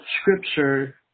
scripture